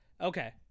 Okay